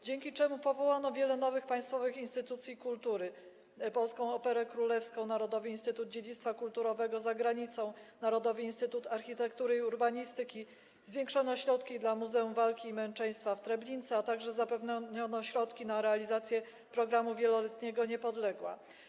Dzięki temu powołano wiele nowych państwowych instytucji kultury - Polską Operę Królewską, Narodowy Instytutu Polskiego Dziedzictwa Kulturowego za Granicą, Narodowy Instytut Architektury i Urbanistyki - zwiększono środki dla Muzeum Walki i Męczeństwa w Treblince, a także zapewniono środki na realizację programu wieloletniego „Niepodległa”